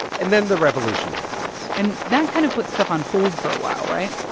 and then the revolution happens and that kind of puts stuff on hold for a while, right?